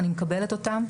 אני מקבלת אותם,